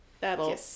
that'll